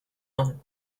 one